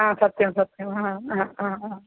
सत्यं सत्यं